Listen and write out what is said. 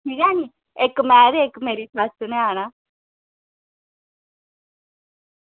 ठीक ऐ नी इक में ते इक मेरी सस्स ने आना